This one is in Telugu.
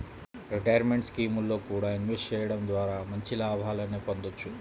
రిటైర్మెంట్ స్కీముల్లో కూడా ఇన్వెస్ట్ చెయ్యడం ద్వారా మంచి లాభాలనే పొందొచ్చు